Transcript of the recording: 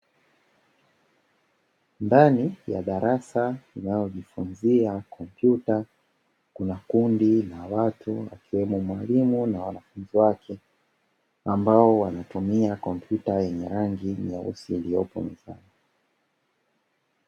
Ndani ya darasa inayojifunzia kompyuta kuna kundi la watu akiwemo mwalimu na wanafunzi wake ambao wanatumia kompyuta yenye rangi nyeusi iliyopo mezani.